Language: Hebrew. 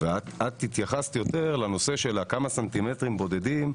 ואת התייחסת יותר לנושא של הכמה סנטימטרים בודדים,